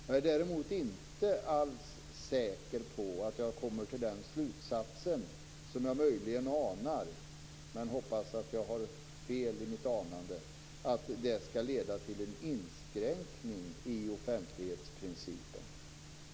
Jag är däremot inte alls säker på att jag kommer till den slutsatsen - som jag möjligen anar men som jag hoppas är felaktig - att det leder till en inskränkning i offentlighetsprincipen.